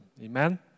Amen